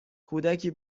کودکی